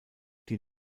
die